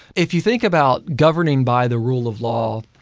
if you think about governing by the rule of law,